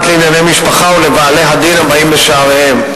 לענייני משפחה ולבעלי הדין הבאים בשעריהם.